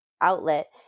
outlet